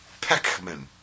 Peckman